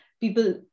people